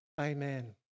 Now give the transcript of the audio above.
Amen